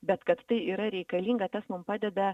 bet kad tai yra reikalinga tas mum padeda